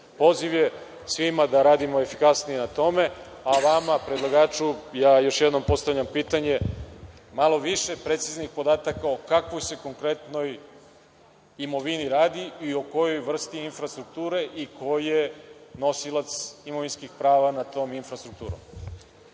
je svima da radimo efikasnije na tome, a vama, predlagaču, ja još jednom postavljam pitanje – malo više preciznih podataka o kakvoj se konkretno imovini radi, o kojoj vrsti infrastrukture i ko je nosilac imovinskih prava nad tom infrastrukturom?